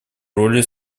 роли